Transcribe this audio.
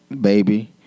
baby